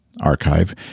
archive